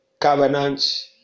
covenant